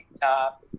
top